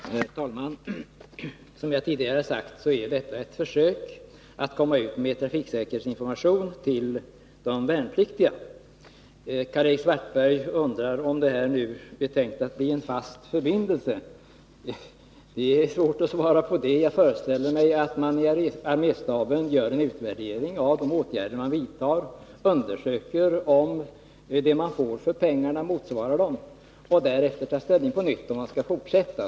Herr talman! Som jag redan tidigare har sagt är detta ett led i att ge de värnpliktiga trafiksäkerhetsinformation. Karl-Erik Svartberg undrar om denna — som han säger -— tillfälliga förbindelse är tänkt att bli ett fast förhållande. Det är svårt att svara på det. Jag föreställer mig att arméstaben gör en utvärdering av engagemanget och undersöker om detta är värt de pengar som satsats. Därefter får man ta ställning till om samarbetet skall fortsätta.